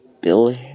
Bill